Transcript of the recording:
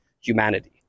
humanity